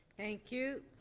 thank you.